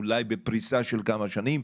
אולי בפריסה של כמה שנים,